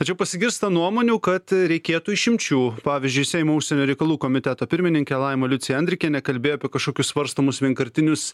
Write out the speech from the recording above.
tačiau pasigirsta nuomonių kad reikėtų išimčių pavyzdžiui seimo užsienio reikalų komiteto pirmininkė laima liucija andrikienė kalbėjo apie kažkokius svarstomus vienkartinius